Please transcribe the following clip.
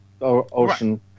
Ocean